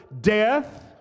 Death